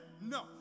no